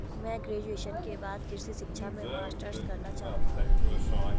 मैं ग्रेजुएशन के बाद कृषि शिक्षा में मास्टर्स करना चाहूंगा